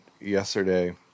yesterday